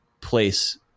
place